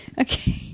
Okay